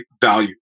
value